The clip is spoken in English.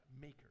maker